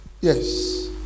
yes